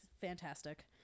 Fantastic